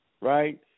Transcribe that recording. right